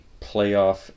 playoff